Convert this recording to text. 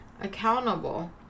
accountable